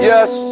Yes